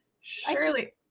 surely